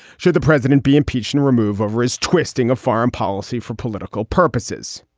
should the president be impeached and remove of his twisting of foreign policy for political purposes?